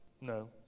No